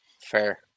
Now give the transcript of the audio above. Fair